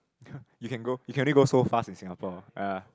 ppo you can go you can only go so fast in Singapore ya